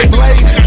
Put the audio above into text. Blaze